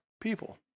people